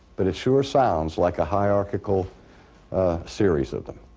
but it sure sounds like a hierarchical series of them.